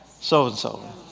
so-and-so